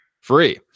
Free